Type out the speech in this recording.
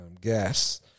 gas